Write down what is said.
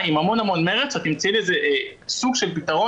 הוא נמצא בקו הנכון,